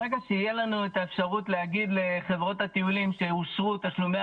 ברגע שתהיה לנו את האפשרות להגיד לחברות הטיולים שאושרו תשלומי